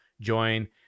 join